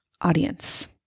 audience